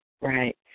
right